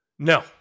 No